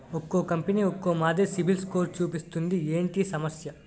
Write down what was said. ఒక్కో కంపెనీ ఒక్కో మాదిరి సిబిల్ స్కోర్ చూపిస్తుంది ఏంటి ఈ సమస్య?